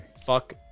fuck